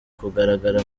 kugaragara